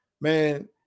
man